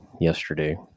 yesterday